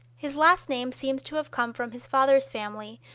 his last name seems to have come from his father's family,